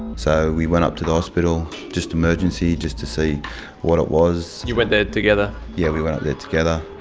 so we went up to the hospital, just emergency, just to see what it was. you went there together? yeah, we went up there together.